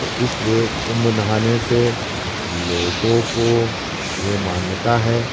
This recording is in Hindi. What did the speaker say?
तो इसलिए कुम्भ नहाने से लोगों को ये मान्यता है